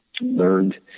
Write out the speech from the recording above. learned